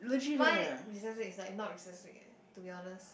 my recess week is like not recess week eh to be honest